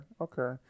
okay